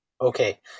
okay